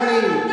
חבורת צעקנים.